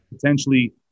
potentially